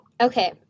Okay